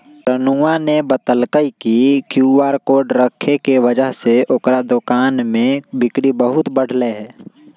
रानूआ ने बतल कई कि क्यू आर कोड रखे के वजह से ओकरा दुकान में बिक्री बहुत बढ़ लय है